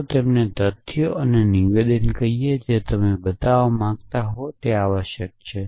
ચાલો તેમને તથ્યો અને નિવેદનો કહીએ જે તમે બતાવવા માંગતા હો તે આવશ્યક છે